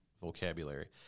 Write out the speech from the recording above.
vocabulary